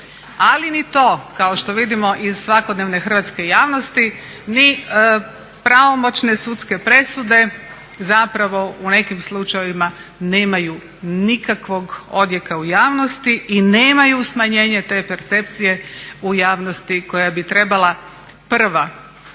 Ali ni to kao što vidimo iz svakodnevne hrvatske javnosti ni pravomoćne sudske presude zapravo u nekim slučajevima nemaju nikakvog odjeka u javnosti i nemaju smanjenje te percepcije u javnosti koja bi trebala prva, nakon